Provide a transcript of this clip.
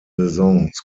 saisons